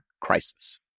crisis